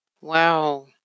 Wow